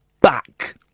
back